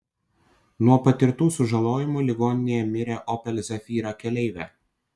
nuo patirtų sužalojimų ligoninėje mirė opel zafira keleivė